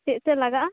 ᱪᱮᱫ ᱪᱮᱫ ᱞᱟᱜᱟᱜ ᱼᱟ